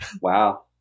wow